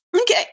Okay